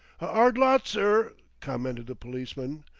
a ard lot, sir, commented the policeman,